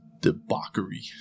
debauchery